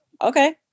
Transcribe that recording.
Okay